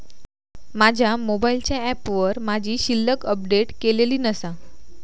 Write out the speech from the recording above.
माझ्या मोबाईलच्या ऍपवर माझी शिल्लक अपडेट केलेली नसा